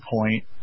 point